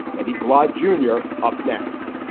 eddie glaude jr. up next